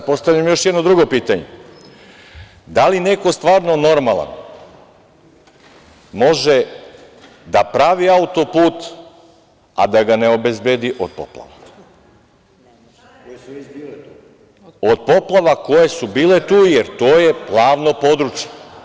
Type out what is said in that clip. Sad postavljam još jedno drugo pitanje – da li neko stvarno normalan može da pravi auto-put, a da ga ne obezbedi od poplava, od poplava koje su bile tu, jer to je plavno područje?